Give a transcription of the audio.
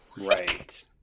right